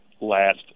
last